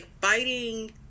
biting